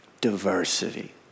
diversity